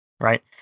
Right